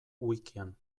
wikian